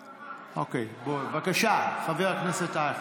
אוקיי, בבקשה, חבר הכנסת אייכלר.